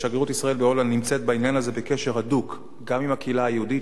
שגרירות ישראל בהולנד נמצאת בעניין הזה בקשר הדוק עם גם הקהילה היהודית,